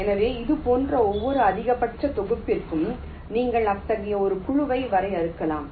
எனவே இதுபோன்ற ஒவ்வொரு அதிகபட்ச தொகுப்பிற்கும் நீங்கள் அத்தகைய ஒரு குழுவை வரையறுக்கலாம்